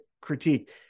critique